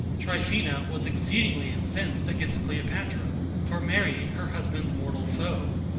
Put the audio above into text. tryphena was exceedingly incensed against cleopatra for marrying her husband's mortal foe,